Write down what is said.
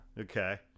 Okay